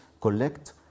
collect